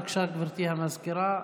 בבקשה, גברתי, לתוצאות.